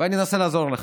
ואני אנסה לעזור לך.